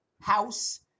house